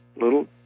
little